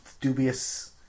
dubious